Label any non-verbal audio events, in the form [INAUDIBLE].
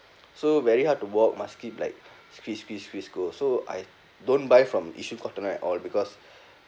so very hard to walk must keep like squeeze squeeze squeeze go so I don't buy from yishun Cotton On at all because [BREATH]